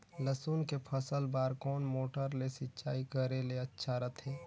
लसुन के फसल बार कोन मोटर ले सिंचाई करे ले अच्छा रथे?